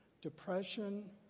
depression